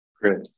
Great